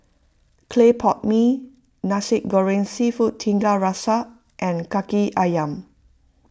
Clay Pot Mee Nasi Goreng Seafood Tiga Rasa and Kaki Ayam